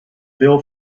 bill